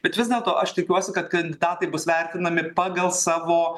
bet vis dėlto aš tikiuosi kad kantatai bus vertinami pagal savo